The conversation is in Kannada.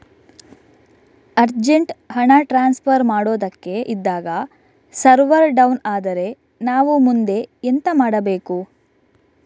ಅರ್ಜೆಂಟ್ ಹಣ ಟ್ರಾನ್ಸ್ಫರ್ ಮಾಡೋದಕ್ಕೆ ಇದ್ದಾಗ ಸರ್ವರ್ ಡೌನ್ ಆದರೆ ನಾವು ಮುಂದೆ ಎಂತ ಮಾಡಬೇಕು?